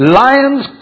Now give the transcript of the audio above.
lions